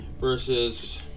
versus